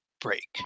break